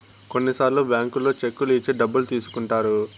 కొన్నిసార్లు బ్యాంకుల్లో చెక్కులు ఇచ్చి డబ్బులు తీసుకుంటారు